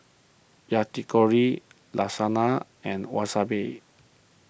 Yakitori Lasagna and Wasabi